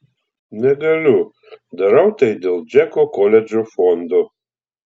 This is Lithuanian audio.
negaliu darau tai dėl džeko koledžo fondo